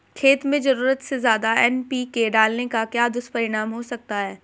खेत में ज़रूरत से ज्यादा एन.पी.के डालने का क्या दुष्परिणाम हो सकता है?